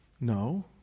No